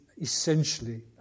essentially